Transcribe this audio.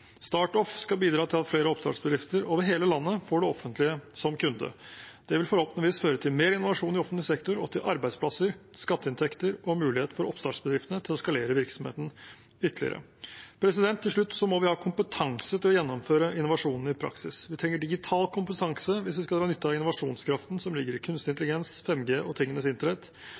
skal bidra til at flere oppstartbedrifter over hele landet får det offentlige som kunde. Det vil forhåpentligvis føre til mer innovasjon i offentlig sektor og til arbeidsplasser, skatteinntekter og mulighet for oppstartsbedriftene til å skalere virksomheten ytterligere. Til slutt må vi ha kompetanse til å gjennomføre innovasjonene i praksis. Vi trenger digital kompetanse hvis vi skal dra nytte av innovasjonskraften som ligger i kunstig intelligens, 5G og tingenes